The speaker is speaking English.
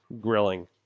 grilling